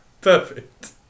Perfect